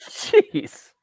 Jeez